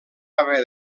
haver